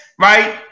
right